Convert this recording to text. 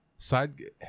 side